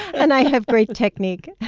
and i have great technique